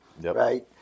right